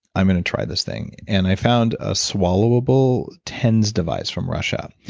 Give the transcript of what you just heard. i'm gonna try this thing. and i found a swallowable tens device from russia.